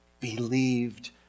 believed